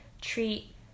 treat